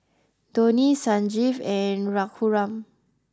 Dhoni Sanjeev and Raghuram